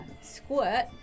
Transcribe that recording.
Squirt